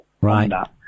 Right